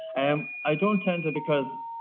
i um i don't tend to because,